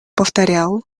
повторял